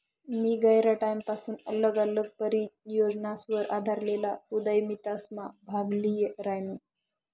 मी गयरा टाईमपसून आल्लग आल्लग परियोजनासवर आधारेल उदयमितासमा भाग ल्ही रायनू